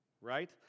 Right